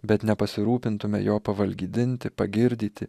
bet nepasirūpintume jo pavalgydinti pagirdyti